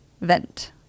vent